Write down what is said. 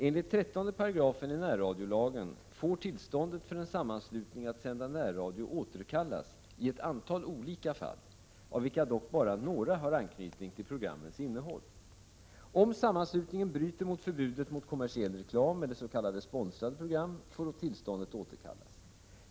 Enligt 13 § närradiolagen får tillståndet för en sammanslutning att sända närradio återkallas i ett antal olika fall, av vilka dock bara några har anknytning till programmens innehåll. Om sammanslutningen bryter mot förbudet mot kommersiell reklam eller s.k. sponsrade program får tillståndet återkallas.